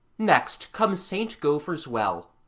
next comes st. govor's well,